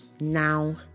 now